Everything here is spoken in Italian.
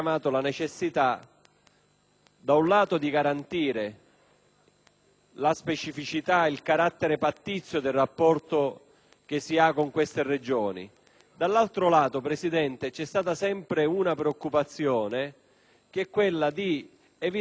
la specificità e il carattere pattizio del rapporto che si ha con queste Regioni e, dall'altro, c'è stata sempre la preoccupazione di evitare che la specialità paradossalmente nel riassetto